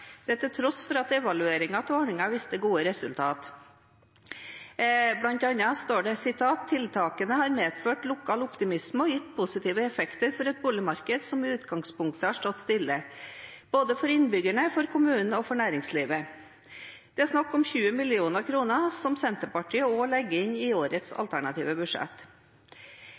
til tross for at evalueringen av ordningen viste gode resultat. Blant annet står det: «Tiltakene har medført lokal optimisme og gitt positive effekter for et boligmarked som i utgangspunktet hadde stått stille, både for innbyggere, for kommunen og for næringslivet.» Det er snakk om 20 mill. kr, som Senterpartiet også legger inn i årets alternative budsjett.